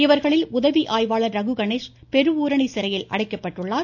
இவர்களில் உதவி ஆய்வாளர் ரகு கணேஷ் பெருஊரணி சிறையில் அடைக்கப்பட்டுள்ளார்